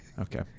Okay